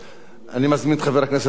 אני מזמין את חבר הכנסת דב חנין,